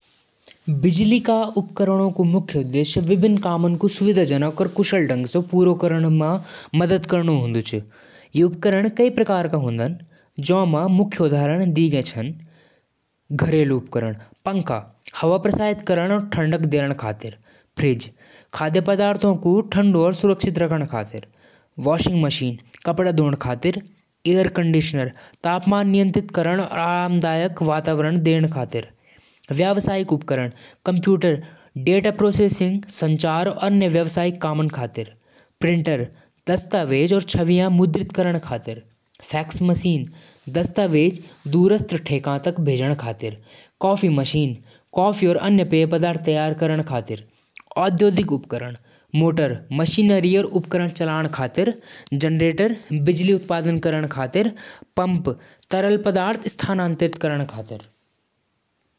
ओवन एक मशीन होली जैं म खाना पकाणु और गरम करणु होलु। यो अंदर स गर्मी पैदा करदु और खाना चारु कात स गरम होलु। रोटी, केक और पिज्जा बनाण म मदद करदु।